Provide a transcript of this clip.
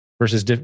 versus